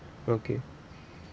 okay